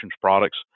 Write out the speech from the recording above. products